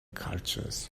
cultures